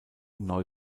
neu